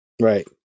right